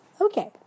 Okay